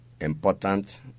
important